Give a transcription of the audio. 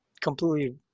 completely